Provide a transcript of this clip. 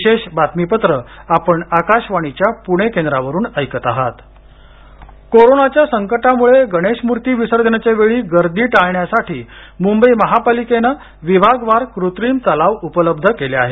विसर्जन कोरोनाच्या संकटामुळे गणेशमूर्ती विसर्जनच्या वेळी गर्दी टाळण्यासाठी मुंबई महापालिकेने विभागवार कृत्रिम तलाव उपलब्ध केले आहेत